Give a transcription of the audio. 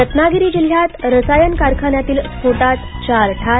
रत्नागिरी जिल्ह्यात रसायन कारखान्यातील स्फोटात चार ठार